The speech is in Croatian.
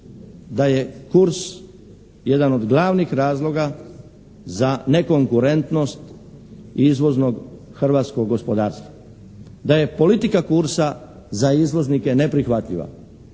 da je kurs jedan od glavnih razloga za nekonkurentnost izvoznog hrvatskog gospodarstva, da je politika kursa za izvoznike neprihvatljiva.